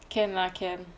can lah can